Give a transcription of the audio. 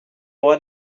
auras